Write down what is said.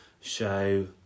show